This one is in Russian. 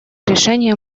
решение